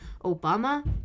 Obama